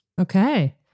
Okay